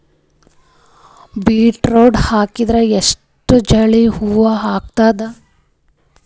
Beetroot ಹಾಕಿದರ ಎಷ್ಟ ಜಲ್ದಿ ಹೂವ ಆಗತದ?